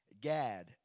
Gad